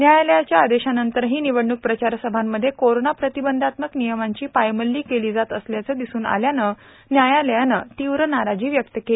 न्यायालयाच्या आदेशानंतरही निवडणूक प्रचारसंभामध्ये कोरोना प्रतिबंधात्मक नियमांची पायमल्ली केली जात असल्याचं दिसून आल्यानं न्यायालयानं तीव्र नाराजी व्यक्त केली